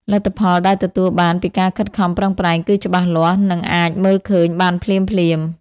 លទ្ធផលដែលទទួលបានពីការខិតខំប្រឹងប្រែងគឺច្បាស់លាស់ និងអាចមើលឃើញបានភ្លាមៗ។